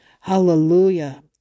Hallelujah